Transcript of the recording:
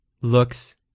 looks